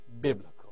biblical